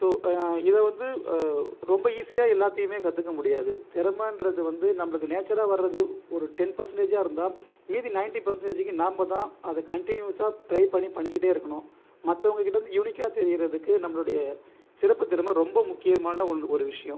so இதை வந்து ரொம்ப ஈஸியாக எல்லாத்தையுமே கற்றுக்க முடியாது திறமை என்றது வந்து நம்மளுக்கு நேச்சுரலாக வரது ஒரு டென் பர்சண்ட்டேஜா இருந்தால் மீதி நயன்ட்டி பர்சண்ட்டேஜ்க்கு நாம் தான் அதை கண்டினியூஸ்சா ட்ரை பண்ணிக்கிட்டே இருக்கனும் மற்றவங்ககிட்ட இருந்து யுனிக்காக தெரிகிறதுக்கு நம்மளுடைய சிறப்பு திறமை ரொம்ப முக்கியமான ஒன்று ஒரு விஷயம்